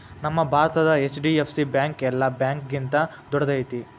ನಮ್ಮ ಭಾರತದ HDFC bank ಯೆಲ್ಲಾ ಬ್ಯಾಂಕ್ಗಿಂತಾ ದೊಡ್ದೈತಿ